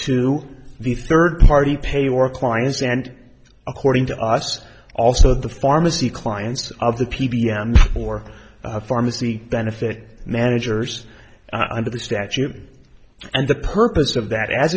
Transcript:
to the third party payer or clients and according to us also the pharmacy clients of the p b m or pharmacy benefit managers under the statute and the purpose of that as